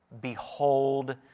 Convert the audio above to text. Behold